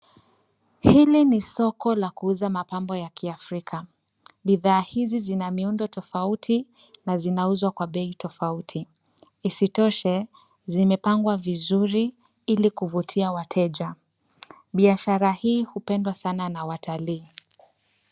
Hili ni soko la kuuza mapambo ya kiafrika. Bidhaa hizi zina miundo tofauti na zinauzwa kwa bei tofauti. Isitoshe, zimepangwa vizuri ili kuvutia wateja. Biashara hii hupendwa sana na watalii.